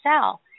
sell